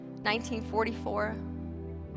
1944